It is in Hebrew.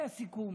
היה סיכום